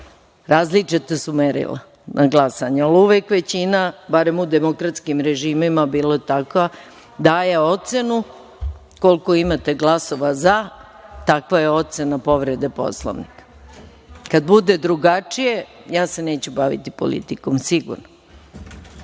Različita su merila za glasanje. Ali, uvek većina, barem u demokratskim režimima, daje ocenu. Koliko imate glasova "za", takva je ocena povrede Poslovnika. Kad bude drugačije, ja se neću baviti politikom, sigurno. Ja